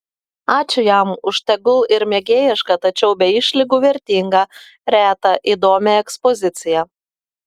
ačiū jam už tegul ir mėgėjišką tačiau be išlygų vertingą retą įdomią ekspoziciją